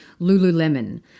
Lululemon